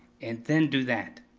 and then do that.